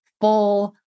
full